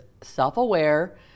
self-aware